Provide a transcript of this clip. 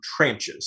tranches